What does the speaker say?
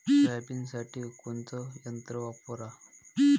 सोयाबीनसाठी कोनचं यंत्र वापरा?